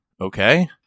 Okay